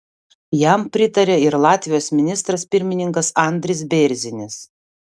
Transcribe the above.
jam pritarė ir latvijos ministras pirmininkas andris bėrzinis